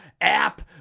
app